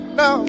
no